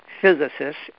physicists